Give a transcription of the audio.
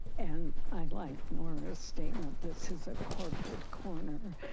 and i liked nora's statement, this is a corporate corner.